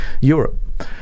Europe